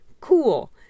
Cool